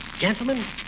Gentlemen